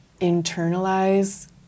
internalize